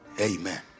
Amen